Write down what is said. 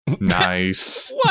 Nice